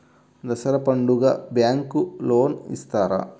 దసరా పండుగ bank loan ఇస్తారా?